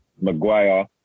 Maguire